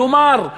כלומר,